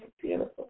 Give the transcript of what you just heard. beautiful